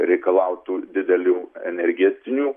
reikalautų didelių energetinių